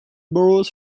borrows